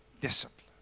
discipline